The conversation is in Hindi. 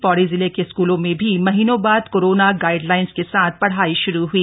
पौड़ी जिले के स्कूलों में भी महीनों बाद कोरोना गाइडलाइंस के साथ पढ़ाई शुरू ह्ई